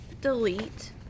delete